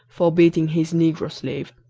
for beating his negro slave.